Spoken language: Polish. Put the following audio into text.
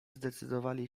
zdecydowali